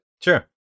Sure